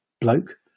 bloke